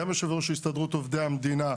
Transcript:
גם יושב-ראש הסתדרות עובדי המדינה,